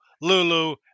Lulu